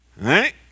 Right